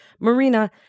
Marina